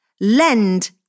Lend